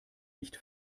nicht